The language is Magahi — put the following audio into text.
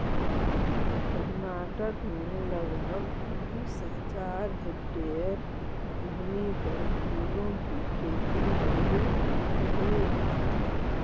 कर्नाटक में लगभग उनीस हज़ार हेक्टेयर भूमि पर फूलों की खेती होवे हई